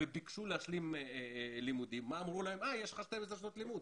וביקשו להשלים לימודים אבל אמרו להם שיש להם 12 שנות לימוד,